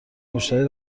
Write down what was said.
مشتری